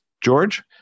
George